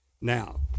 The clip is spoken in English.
Now